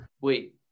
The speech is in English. Wait